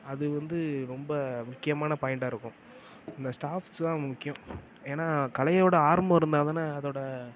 அது வந்து ரொம்ப முக்கியமான பாயிண்ட்டாக இருக்கும் இந்த ஸ்டாஃப்ஸ் தான் முக்கியம் ஏன்னா கலையோட ஆரம்பம் இருந்தால் தானே அதோட